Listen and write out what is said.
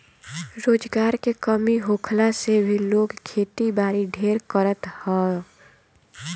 रोजगार के कमी होखला से भी लोग खेती बारी ढेर करत हअ